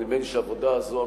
נדמה לי שהעבודה הזאת,